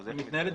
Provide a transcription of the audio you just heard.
איך היא מתנהלת?